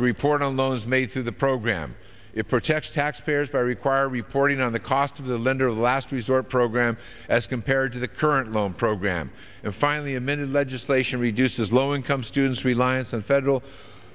to report on loans made through the program it protects taxpayers by require reporting on the cost of the lender of last resort program as compared to the current loan program and finally admitted legislation reduces low income students reliance on federal